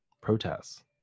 protests